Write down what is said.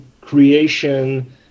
creation